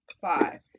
Five